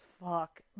fuck